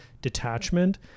detachment